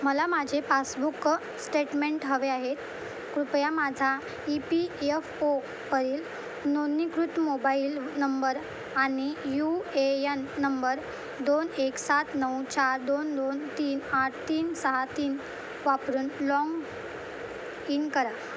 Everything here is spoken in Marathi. मला माझे पासबुक स्टेटमेंट हवे आहेत कृपया माझा ई पी ओवरील नोंदणीकृत मोबाईल नंबर आणि यू ए येन नंबर दोन एक सात नऊ चार दोन दोन तीन आठ तीन सहा तीन वापरून लॉन्ग इन करा